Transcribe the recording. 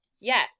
yes